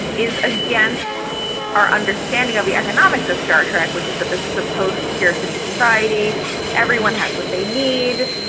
is against our understanding of the economics of star trek, which is that this is a post-scarcity society everyone has what they need.